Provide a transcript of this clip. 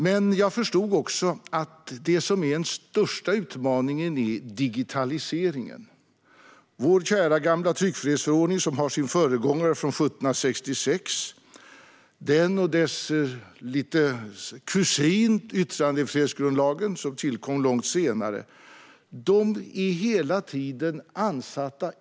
Men jag förstod också att den största utmaningen är digitaliseringen. Vår kära gamla tryckfrihetsförordning, vars föregångare är från 1766, och dess kusin yttrandefrihetsgrundlagen, som tillkom långt senare, är hela tiden ansatta.